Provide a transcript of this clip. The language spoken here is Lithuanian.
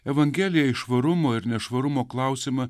evangelijai švarumo ir nešvarumo klausimą